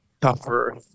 tougher